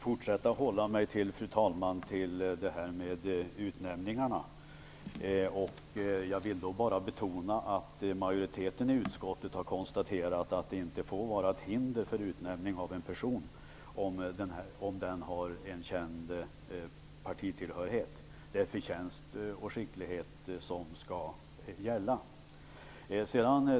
Fru talman! Jag skall fortsätta att hålla mig till utnämningarna. Jag vill då bara betona att majoriteten i utskottet har konstaterat att det inte får vara ett hinder för utnämning av en person om han eller hon har en känd partitillhörighet. Det är förtjänst och skicklighet som skall gälla.